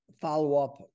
follow-up